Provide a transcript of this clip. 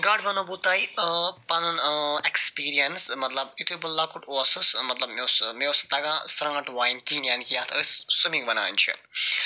گۄڈٕ وَنو بہٕ تۄہہِ پَنُن ایٚکسپیریَنس مَطلَب یُتھُے بہٕ لۄکُٹ اوسُس مطلَب مےٚ اوس مےٚ اوس نہٕ تگان سرٛانٹھ وایِن کِہیٖنۍ یعنی کہِ یتھ أسۍ سِومِنٛگ ونان چھِ